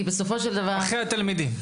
כי בסופו של דבר -- אחרי התלמידים.